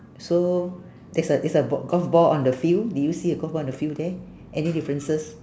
so there's a it's a bal~ golf ball on the field do you see a golf ball on the field there any differences